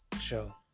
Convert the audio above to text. show